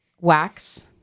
Wax